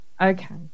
okay